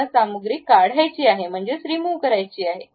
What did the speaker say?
मला सामग्री काढायची आहे म्हणजेच रिमूव्ह करायची आहे